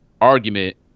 argument